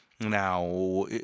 Now